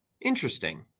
Interesting